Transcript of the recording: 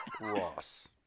Ross